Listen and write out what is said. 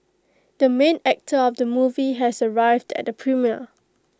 the main actor of the movie has arrived at the premiere